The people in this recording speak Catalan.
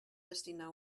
destinar